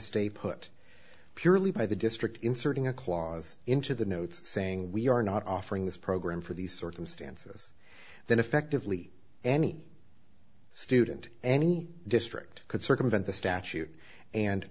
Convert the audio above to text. stay put purely by the district inserting a clause into the notes saying we are not offering this program for these circumstances then effectively any student any district could circumvent the statute and